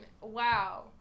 wow